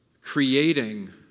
creating